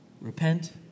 repent